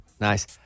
Nice